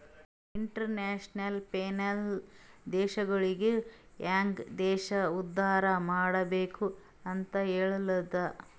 international finance ದೇಶಗೊಳಿಗ ಹ್ಯಾಂಗ್ ದೇಶ ಉದ್ದಾರ್ ಮಾಡ್ಬೆಕ್ ಅಂತ್ ಹೆಲ್ತುದ